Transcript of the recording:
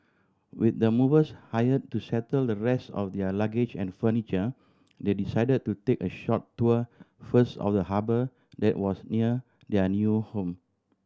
with the movers hire to settle the rest of their luggage and furniture they decided to take a short tour first of the harbour that was near their new home